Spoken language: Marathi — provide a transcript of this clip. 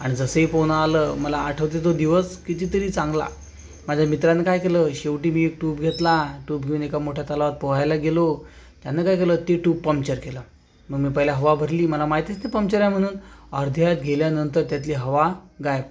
आणि जसेही पोहणं आलं मला आठवतो तो दिवस किती तरी चांगला माझ्या मित्राने काय केलं शेवटी मी एक ट्यूब घेतला ट्यूब घेऊन एका मोठ्या तलावात पोहायला गेलो त्यानं काय केलं ती ट्यूब पंक्चर केलं मग मी पहिली हवा भरली मला माहितीच नाही ते पंक्चर आहे म्हणून अर्ध्यात गेल्यानंतर त्यातली हवा गायब